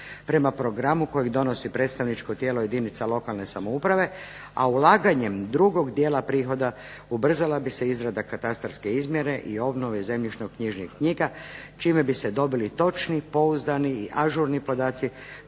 prema programu kojeg donosi predstavničko tijelo jedinica lokalne samouprave, a ulaganjem drugog dijela prihoda ubrzala bi se izrada katastarske izmjere i obnove zemljišno-knjižnih knjiga čime bi se dobili točni, pouzdani i ažurni podaci,